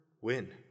win